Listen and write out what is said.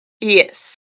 Yes